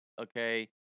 okay